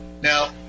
Now